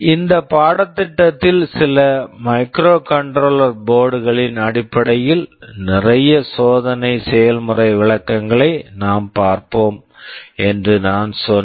இந்த பாடத்திட்டத்தில் சில மைக்ரோகண்ட்ரோலர் microcontroller போர்டு board களின் அடிப்படையில் நிறைய சோதனை செயல்முறை விளக்கங்களை நாம் பார்ப்போம் என்று நான் சொன்னேன்